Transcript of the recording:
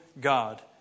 God